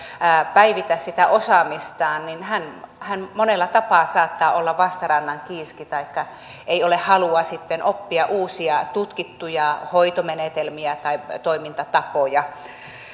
päivitä sitä osaamistaan monella tapaa saattaa olla vastarannan kiiski taikka hänellä ei ole halua sitten oppia uusia tutkittuja hoitomenetelmiä tai toimintatapoja